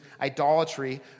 idolatry